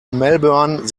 melbourne